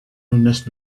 nest